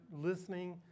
listening